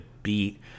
beat